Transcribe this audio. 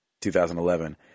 2011—